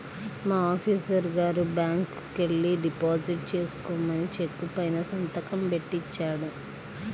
మా ఆఫీసరు గారు బ్యాంకుకెల్లి డిపాజిట్ చేసుకోమని చెక్కు పైన సంతకం బెట్టి ఇచ్చాడు